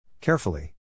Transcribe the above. Carefully